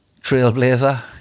Trailblazer